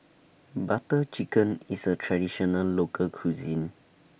Butter Chicken IS A Traditional Local Cuisine